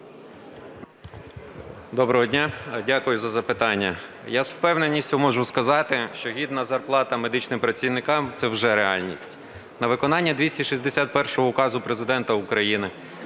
Доброго дня! Дякую за запитання. Я з впевненістю можу сказати, що гідна зарплата медичним працівникам – це вже реальність. На виконання 261 Указу Президента України